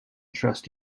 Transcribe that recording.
trust